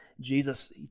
Jesus